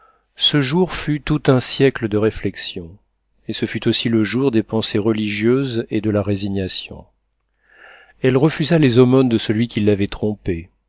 ce jour fut tout un siècle de réflexions et ce fut aussi le jour des pensées religieuses et de la résignation elle refusa les aumônes de celui qui l'avait trompée